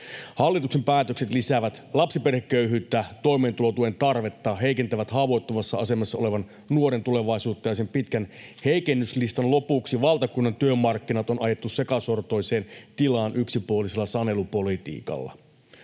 Hallituksen päätökset lisäävät lapsiperheköyhyyttä ja toimeentulotuen tarvetta ja heikentävät haavoittuvassa asemassa olevan nuoren tulevaisuutta. Sen pitkän heikennyslistan lopuksi valtakunnan työmarkkinat on ajettu sekasortoiseen tilaan yksipuolisella sanelupolitiikalla.